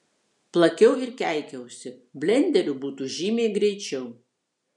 plakiau ir keikiausi blenderiu būtų žymiai greičiau